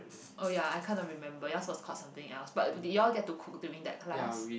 oh ya I cannot remember yours was called something else but do you all get to cook during that class